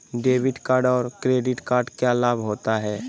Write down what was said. Debit card और credit card क्या लाभ होता है?